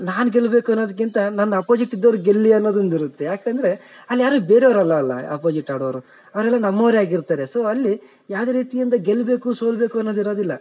ನಾನು ಗೆಲ್ಬೇಕು ಅನ್ನೋದ್ಕಿಂತ ನನ್ನ ಅಪೊಜಿಟ್ ಇದ್ದೋರು ಗೆಲ್ಲಿ ಅನ್ನೋದೊಂದು ಇರುತ್ತೆ ಯಾಕೆಂದರೆ ಅಲ್ಯಾರು ಬೇರ್ಯವರಲ್ಲ ಅಲ್ಲ ಅಪೊಜಿಟ್ ಆಡೋರು ಅವರೆಲ್ಲ ನಮ್ಮೋರೇ ಆಗಿರ್ತಾರೆ ಸೊ ಅಲ್ಲಿ ಯಾವುದೇ ರೀತಿಯಿಂದ ಗೆಲ್ಬೇಕು ಸೋಲ್ಬೇಕು ಅನ್ನೋದು ಇರೋದಿಲ್ಲ